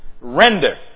render